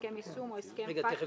הסכם יישום או הסכם פטקא,